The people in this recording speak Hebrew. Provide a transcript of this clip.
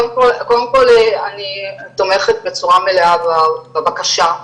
קודם כל אני תומכת בצורה מלאה בבקשה,